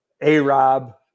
A-Rob